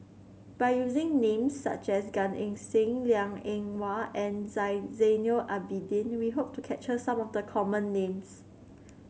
by using names such as Gan Eng Seng Liang Eng Hwa and Zainal Abidin we hope to capture some of the common names